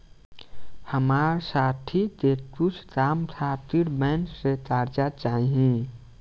हमार साथी के कुछ काम खातिर बैंक से कर्जा चाही